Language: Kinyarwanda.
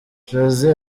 jose